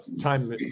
time